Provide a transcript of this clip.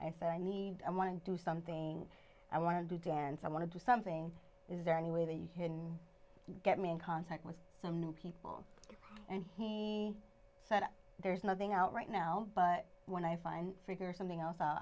thought i need and want to do something i want to do dance i want to do something is there any way that you can get me in contact with some new people and he said there's nothing out right now but when i find trigger something else i